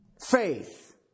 faith